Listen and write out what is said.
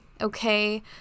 okay